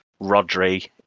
Rodri